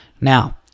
Now